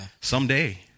Someday